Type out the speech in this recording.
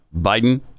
biden